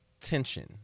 tension